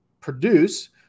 produce